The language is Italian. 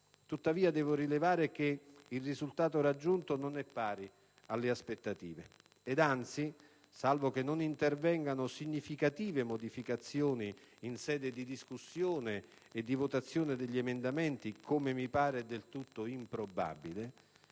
Tuttavia, devo rilevare che il risultato raggiunto non è pari alle aspettative ed anzi - salvo che non intervengano significative modificazioni in sede di discussione e di votazione degli emendamenti, come mi pare del tutto improbabile